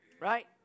right